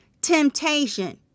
temptation